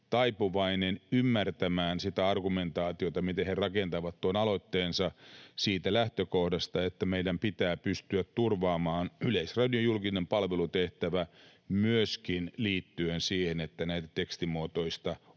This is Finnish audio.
taipuvainen ymmärtämään sitä argumentaatiota, miten he rakentavat tuon aloitteensa siitä lähtökohdasta, että meidän pitää pystyä turvaamaan Yleisradion julkinen palvelutehtävä myöskin liittyen siihen, että tekstimuotoista